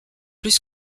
plus